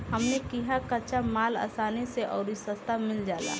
हमनी किहा कच्चा माल असानी से अउरी सस्ता मिल जाला